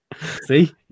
see